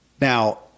Now